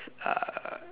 uh